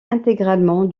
intégralement